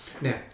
Now